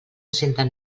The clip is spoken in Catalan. senten